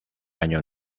año